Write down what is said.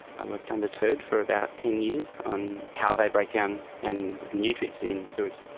i worked undeterred for about ten years on how they break down and the nutrients in sewage.